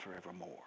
forevermore